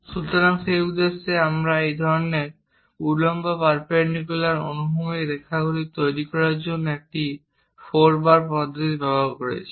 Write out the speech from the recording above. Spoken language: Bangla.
সুতরাং সেই উদ্দেশ্যে আমরা এই ধরণের উল্লম্ব পারপেন্ডিকুলার অনুভূমিক রেখাগুলি তৈরি করার জন্য একটি ফোর বার পদ্ধতি ব্যবহার করছি